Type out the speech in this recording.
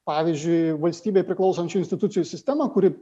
pavyzdžiui valstybei priklausančių institucijų sistemą kuri